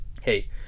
hey